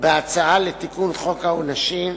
בהצעה לתיקון חוק העונשין,